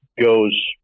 goes